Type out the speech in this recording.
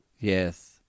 Yes